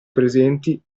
presenti